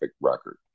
record